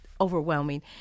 overwhelming